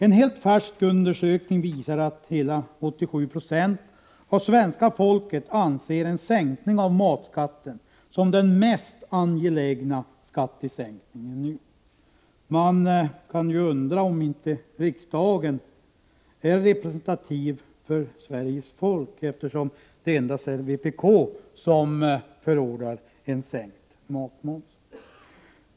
En helt färsk undersökning visar att hela 87 96 av svenska folket anser att en sänkning av matskatten är den mest angelägna skattesänkningen nu. Man kan ju undra om inte riksdagen är representativ för Sveriges folk, eftersom det endast är vpk som förordar en sänkt matmoms.